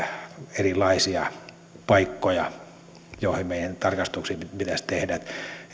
erilaisia paikkoja joihin meidän tarkastuksia pitäisi tehdä